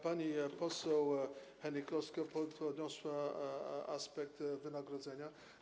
Pani poseł Hennig-Kloska podniosła aspekt wynagrodzenia.